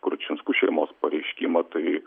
kručinskų šeimos pareiškimą tai